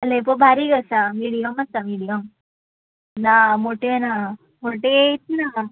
लेपो बारीक आसा मिडीयम आसा मिडियम ना मोट्यो ना मोटे येत ना